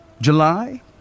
July